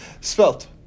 Svelte